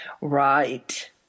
Right